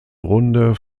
runde